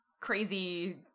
crazy